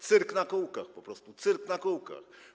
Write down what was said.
Cyrk na kółkach po prostu, cyrk na kółkach.